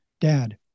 Dad